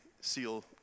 SEAL